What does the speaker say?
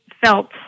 felt